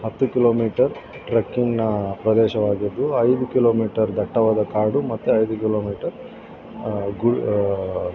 ಹತ್ತು ಕಿಲೋಮೀಟರ್ ಟ್ರಕ್ಕಿಂಗ್ನ ಪ್ರದೇಶವಾಗಿದ್ದು ಐದು ಕಿಲೋಮೀಟರ್ ದಟ್ಟವಾದ ಕಾಡು ಮತ್ತು ಐದು ಕಿಲೋಮೀಟರ್ ಗು